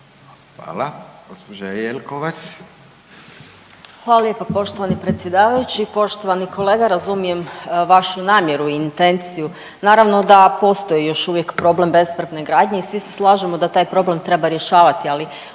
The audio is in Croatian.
Marija (HDZ)** Hvala lijepa poštovani predsjedavajući. Poštovani kolega razumijem vašu namjeru i intenciju. Naravno da postoji još uvijek problem bespravne gradnje i svi se slažemo da taj problem treba rješavati.